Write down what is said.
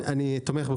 נעזור לכם בזה לקבל